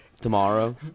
tomorrow